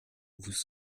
vous